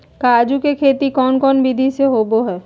काजू के खेती कौन कौन विधि से होबो हय?